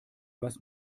was